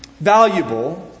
valuable